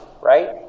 right